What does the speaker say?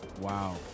Wow